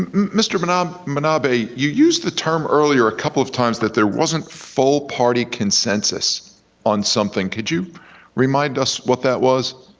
um mr. minabe, you used the term earlier a couple of times that there wasn't full party consensus on something, could you remind us what that was?